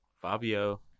fabio